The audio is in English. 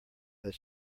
that